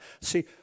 See